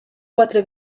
quatre